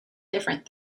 different